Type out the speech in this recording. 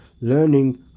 learning